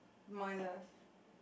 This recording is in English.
my left